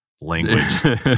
Language